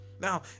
now